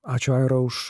ačiū aira